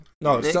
No